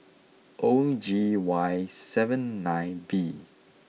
O G Y seven nine B